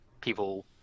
people